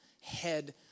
head